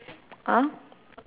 !huh!